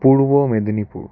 Purba Medinipur